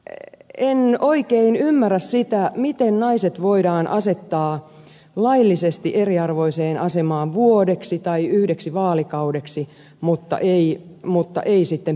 en oikein ymmärrä sitä miten naiset voidaan asettaa laillisesti eriarvoiseen asemaan vuodeksi tai yhdeksi vaalikaudeksi mutta ei sitten pysyvästi